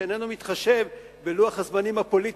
שאיננו מתחשב בלוח הזמנים הפוליטי,